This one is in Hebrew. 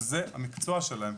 שזה המקצוע שלהם.